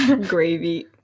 Gravy